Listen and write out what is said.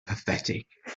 pathetic